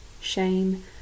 shame